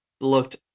Looked